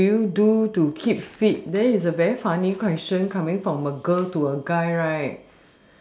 what do you do to keep fit then it's a very funny question coming from a girl to a guy right